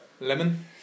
Lemon